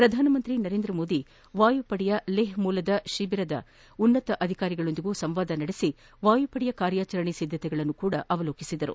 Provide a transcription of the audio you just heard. ಶ್ರಧಾನಮಂತ್ರಿ ನರೇಂದ್ರ ಮೋದಿ ವಾಯುಪಡೆಯ ಲೇಹ್ ಮೂಲ ಶಿಬಿರದ ಉನ್ನತ ಅಧಿಕಾರಿಗಳೊಂದಿಗೂ ಸಂವಾದ ನಡೆಸಿ ವಾಯುಪಡೆಯ ಕಾರ್ಯಾಚರಣೆ ಸಿದ್ದತೆಗಳನ್ನು ಪರಿತೀಲಿಸಿದರು